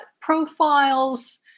profiles